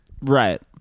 Right